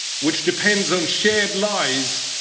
which depends on shared lies,